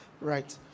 Right